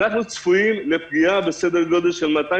אנחנו צפויים לפגיעה בסדר גודל של 250